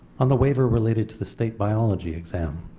on the waiver related to the state biology exam,